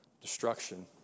destruction